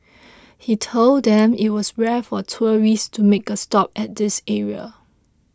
he told them it was rare for tourists to make a stop at this area